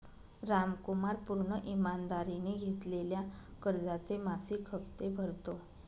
रामकुमार पूर्ण ईमानदारीने घेतलेल्या कर्जाचे मासिक हप्ते भरतो